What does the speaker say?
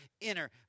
inner